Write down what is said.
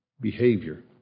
behavior